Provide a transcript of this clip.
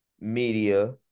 media